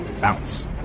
bounce